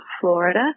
Florida